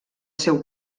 seu